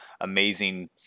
amazing